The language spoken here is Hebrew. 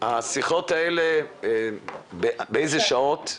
השיחות האלה, באיזה שעות?